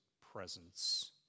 presence